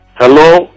Hello